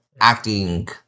acting